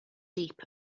deep